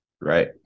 Right